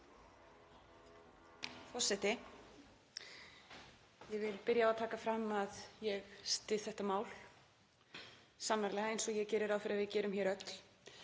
Forseti. Ég vil byrja á að taka fram að ég styð þetta mál sannarlega eins og ég geri ráð fyrir að við gerum öll.